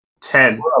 ten